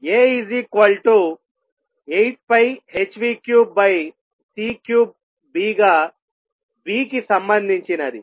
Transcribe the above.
A 8πh3c3B గా B కి సంబంధించినది